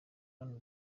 hano